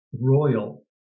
royal